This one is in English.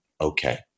Okay